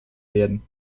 werden